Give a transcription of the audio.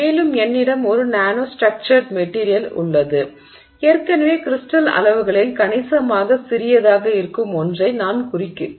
மேலும் என்னிடம் ஒரு நானோஸ்டரக்சர்டு மெட்டிரியல் உள்ளது ஏற்கனவே கிரிஸ்டல் அளவுகளில் கணிசமாக சிறியதாக இருக்கும் ஒன்றை நான் குறிக்கிறேன்